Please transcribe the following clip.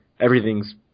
everything's